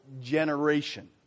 generation